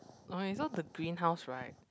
okay so the green house right